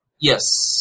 Yes